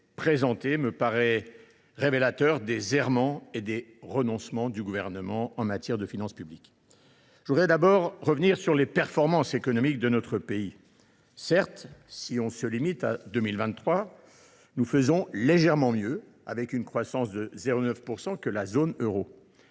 présenté me paraît révélateur des errements et des renoncements du Gouvernement en matière de finances publiques. Revenons d’abord sur les performances économiques de notre pays. Certes, si l’on se limite à l’année 2023, nous faisons légèrement mieux que la zone euro,